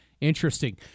interesting